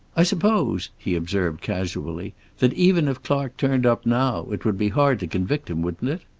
i suppose, he observed casually, that even if clark turned up now, it would be hard to convict him, wouldn't it?